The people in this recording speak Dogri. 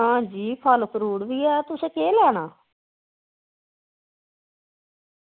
आं जी फल फ्रूट बी ऐ तुसें केह् लैना